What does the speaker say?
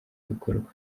bikorwa